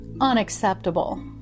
unacceptable